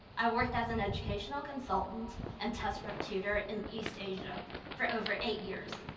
i worked as an educational consultant and test-prep tutor in east asia for over eight years.